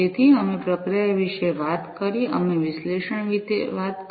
તેથી અમે પ્રક્રિયા વિશે વાત કરી અમે વિશ્લેષણ વિશે વાત કરી